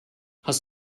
hast